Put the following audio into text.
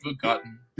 forgotten